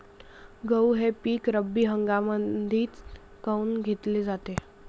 गहू हे पिक रब्बी हंगामामंदीच काऊन घेतले जाते?